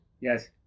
Yes